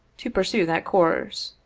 to pursue that course.